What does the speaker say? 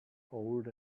old